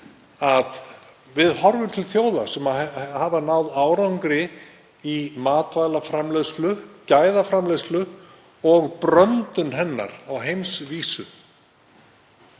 við horfum til þjóða sem hafa náð árangri í matvælaframleiðslu, gæðaframleiðslu og „bröndun“ hennar á heimsvísu.